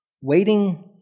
waiting